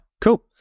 Cool